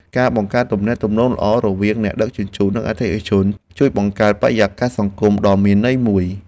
ការបង្កើតទំនាក់ទំនងល្អរវាងអ្នកដឹកជញ្ជូននិងអតិថិជន ជួយបង្កើតបរិយាកាសសង្គមដ៏មានន័យមួយ។